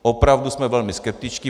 Opravdu jsme velmi skeptičtí.